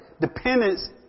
dependence